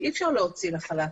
אי אפשר להוציא לחל"ת,